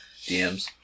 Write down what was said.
DMs